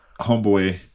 homeboy